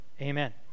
Amen